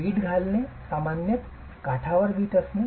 वीट घालणे सामान्यत काठावर वीट असते